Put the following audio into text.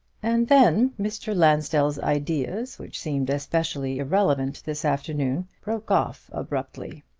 and then mr. lansdell's ideas, which seemed especially irrelevant this afternoon, broke off abruptly.